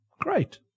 great